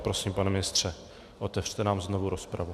Prosím, pane ministře, otevřte nám znovu rozpravu.